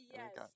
Yes